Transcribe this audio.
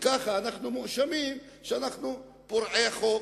וכך אנחנו מואשמים שאנחנו פורעי חוק,